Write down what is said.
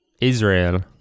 Israel